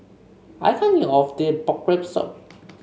I can't eat all of this Pork Rib Soup